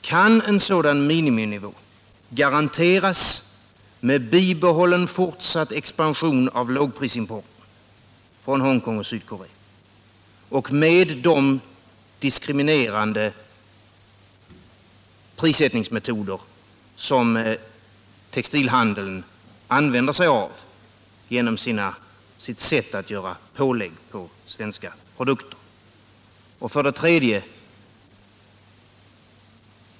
Kan en sådan miniminivå garanteras med fortsatt expansion av lågprisimporten från Hongkong och Sydkorea och med de diskriminerande prissättningsmetoder som textilhandeln använder sig av genom sitt sätt att göra pålägg på svenska produkter? 3.